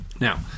now